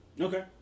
Okay